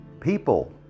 People